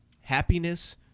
happiness